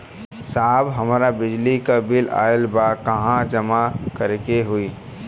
साहब हमार बिजली क बिल ऑयल बा कहाँ जमा करेके होइ?